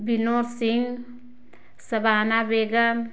Vinod Singh Shabana Begum